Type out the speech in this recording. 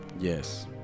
Yes